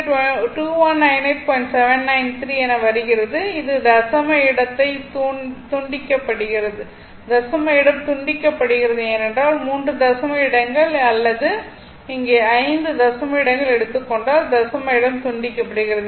793 என வருகிறது இந்த தசம இடம் துண்டிக்கப்படுகிறது ஏனென்றால் மூன்று தசம இடங்கள் அல்லது இங்கே ஐந்து தசம இடங்கள் எடுத்துக் கொண்டால் தசம இடம் துண்டிக்கப்படுகிறது